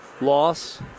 Loss